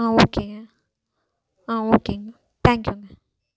ஆ ஓகேங்க ஆ ஓகேங்க தேங்க்யூங்க